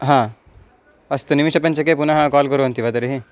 हा अस्तु निमिषपञ्चके पुनः काल् कुर्वन्ति वा तर्हि